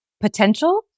potential